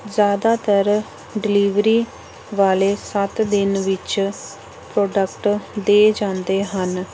ਜ਼ਿਆਦਾਤਰ ਡਲਿਵਰੀ ਵਾਲੇ ਸੱਤ ਦਿਨ ਵਿੱਚ ਪ੍ਰੋਡਕਟ ਦੇ ਜਾਂਦੇ ਹਨ